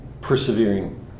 persevering